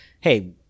hey